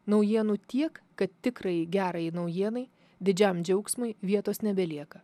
naujienų tiek kad tikrajai gerajai naujienai didžiam džiaugsmui vietos nebelieka